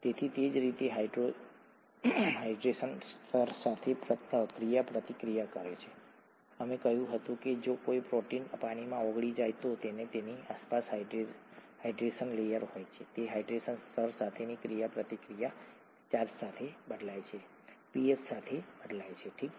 તેથી તે જે રીતે હાઇડ્રેશન સ્તર સાથે ક્રિયાપ્રતિક્રિયા કરે છે અમે કહ્યું હતું કે જો કોઈ પ્રોટીન પાણીમાં ઓગળી જાય છે તો તેની આસપાસ હાઇડ્રેશન લેયર હોય છે તે હાઇડ્રેશન સ્તર સાથેની ક્રિયાપ્રતિક્રિયા ચાર્જ સાથે બદલાય છે પીએચ સાથે બદલાય છે ઠીક છે